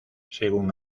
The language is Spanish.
según